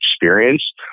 experience